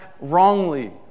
wrongly